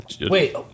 Wait